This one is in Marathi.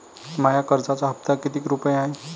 माया कर्जाचा हप्ता कितीक रुपये हाय?